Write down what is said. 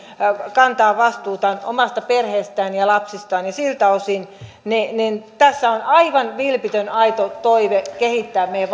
kantaa vastuuta omasta perheestään ja lapsistaan siltä osin tässä on aivan vilpitön aito toive kehittää meidän